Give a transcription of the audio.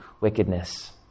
wickedness